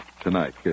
tonight